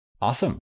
Awesome